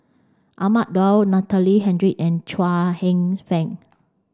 Ahmad Daud Natalie Hennedige and Chuang Hsueh Fang